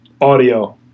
audio